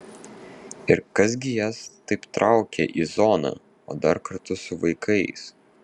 ir kas gi jas taip traukia į zoną o dar kartu su vaikais